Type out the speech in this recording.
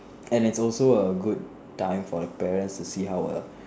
and it's also a good time for the parents to see how err